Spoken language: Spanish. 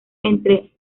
entre